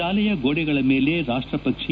ಶಾಲೆಯ ಗೋಡೆಗಳ ಮೇಲೆ ರಾಷ್ಟಪಕ್ಷಿ